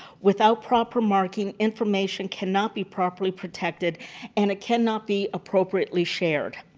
without proper markings, information cannot be properly protected and it cannot be appropriately shared.